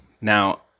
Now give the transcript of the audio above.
Now